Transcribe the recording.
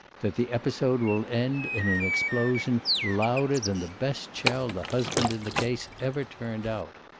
that the episode will end in an explosion louder than the best shell the husband in the case ever turned out.